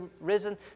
risen